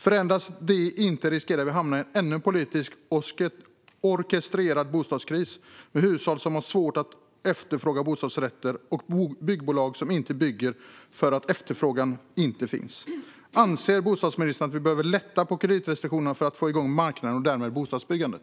Om det inte förändras riskerar vi att hamna i ännu en politiskt orkestrerad bostadskris med hushåll som har svårt att efterfråga bostadsrätter och byggbolag som inte bygger eftersom efterfrågan inte finns. Anser bostadsministern att vi behöver lätta på kreditrestriktionerna för att få igång marknaden och därmed bostadsbyggandet?